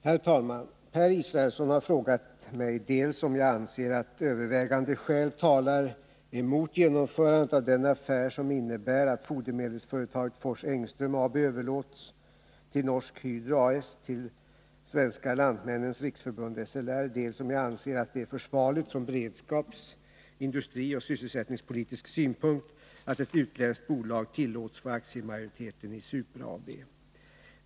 Herr talman! Per Israelsson har frågat mig dels om jag anser att övervägande skäl talar emot genomförandet av den affär som innebär att fodermedelsföretaget Fors Engström AB överlåts av Norsk Hydro A/S till Svenska lantmännens riksförbund , dels om jag anser att det är försvarligt från beredskaps-, industrioch sysselsättningspolitisk synpunkt att ett utländskt bolag tillåts få aktiemajoriteten i Supra AB.